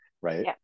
right